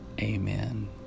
amen